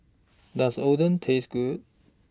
Does Oden Taste Good